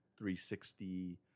360